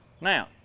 Now